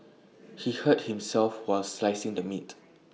he hurt himself while slicing the meat